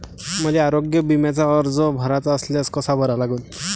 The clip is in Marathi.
मले आरोग्य बिम्याचा अर्ज भराचा असल्यास कसा भरा लागन?